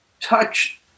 touch